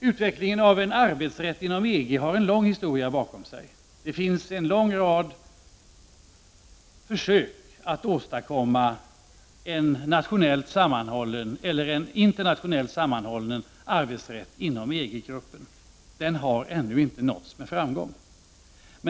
Utvecklingen av en arbetsrätt inom EG har en lång historia bakom sig. Det finns en lång rad försök att åstadkomma en internationellt sammanhållen arbetsrätt inom EG-gruppen. Den har ännu inte nått framgång.